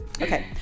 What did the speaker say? Okay